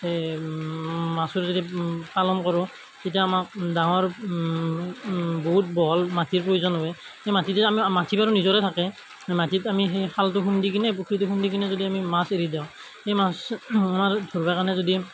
এই মাছৰ যদি পালন কৰোঁ তেতিয়া আমাক ডাঙৰ বহুত বহল মাটিৰ প্ৰয়োজন হয় সেই মাটিতে আমি মাটি বাৰু নিজৰে থাকে মাটিত আমি সেই খালটো খুন্দি কিনে পুখুৰীটো খুন্দি কিনে যদি আমি মাছ এৰি দিওঁ সেই মাছ আমাৰ ধৰবা কাৰণে যদি